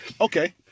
Okay